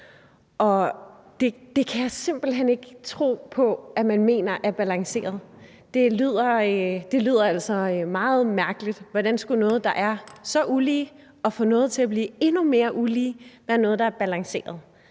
og det kan jeg simpelt hen ikke tro på at man mener er balanceret. Det lyder altså meget mærkeligt. Hvordan skulle noget, der er så ulige, og som får noget til at blive endnu mere ulige, være noget, der er balanceret?